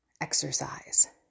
exercise